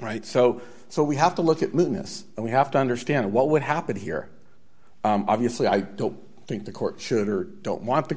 right so so we have to look at litmus and we have to understand what would happen here obviously i don't think the court should or don't want the